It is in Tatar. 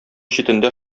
читендә